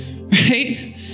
Right